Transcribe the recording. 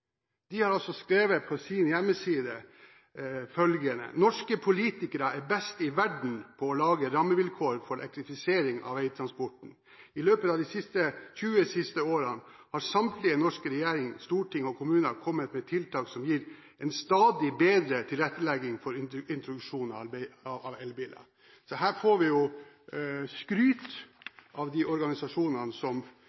De har skrevet følgende på sin hjemmeside: «Norske politikere er best i verden på å lage rammevilkår for elektrifisering av vegtransporten. I løpet av de tjue siste årene har samtlige norske regjeringer, storting og kommuner kommet med tiltak som gir en stadig bedre tilrettelegging for introduksjon av elbiler.» Her får vi skryt fra Norsk Elbilforening – vi